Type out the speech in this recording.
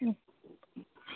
अँ